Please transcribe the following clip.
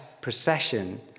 procession